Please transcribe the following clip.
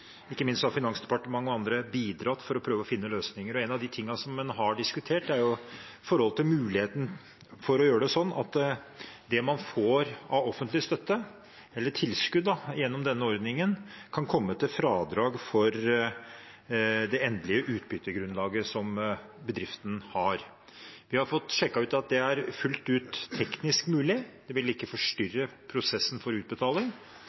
ikke minst har Finansdepartementet og andre bidratt for å prøve å finne løsninger. En av tingene en har diskutert, er muligheten for å gjøre det sånn at det man får av offentlig tilskudd gjennom denne ordningen, kan komme til fradrag for det endelige utbyttegrunnlaget bedriften har. Vi har fått sjekket ut at det er fullt ut teknisk mulig; det vil ikke forstyrre prosessen for